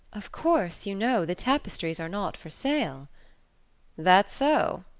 of course, you know, the tapestries are not for sale that so?